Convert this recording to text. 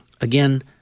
again